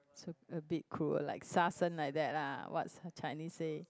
so a bit cruel like 杀生 like that lah what the Chinese say